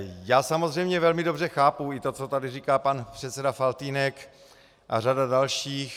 Já samozřejmě velmi dobře chápu i to, co tady říká pan předseda Faltýnek a řada dalších.